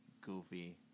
goofy